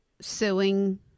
suing